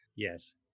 Yes